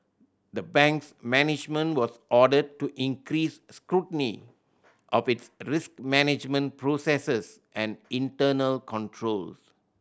the bank's management was ordered to increase scrutiny of its risk management processes and internal controls